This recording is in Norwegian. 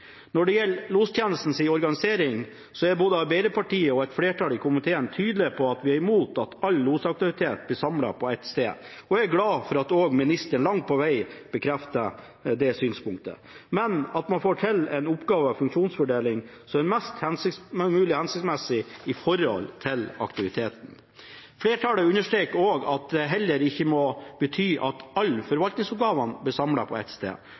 Når det gjelder lostjenestens organisering, er både Arbeiderpartiet og et flertall i komiteen tydelige på at vi er imot at all losaktivitet blir samlet på ett sted, og er glad for at ministeren langt på vei også bekrefter dette synspunktet. Men man må få til en oppgave- og funksjonsfordeling som er mest mulig hensiktsmessig i forhold til aktiviteten. Flertallet understreker også at dette heller ikke må bety at alle forvaltningsoppgavene blir samlet på ett sted,